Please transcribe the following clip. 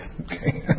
Okay